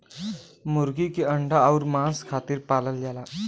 मुरगी के अंडा अउर मांस खातिर पालल जाला